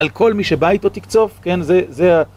על כל מי שבא איתו תקצוף, כן? זה, זה ה...